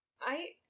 I-